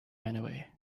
anyway